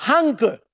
Hunger